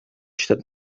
statt